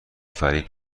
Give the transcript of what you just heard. فریب